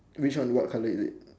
which one what colour is it